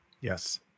Yes